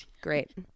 great